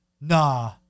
Nah